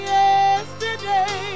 yesterday